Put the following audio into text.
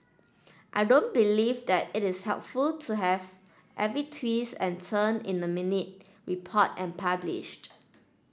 I don't believe that it is helpful to have every twist and turn in the minute reported and published